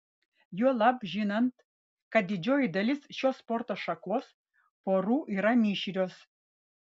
juolab žinant kad didžioji dalis šios sporto šakos porų yra mišrios